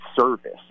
service